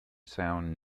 sound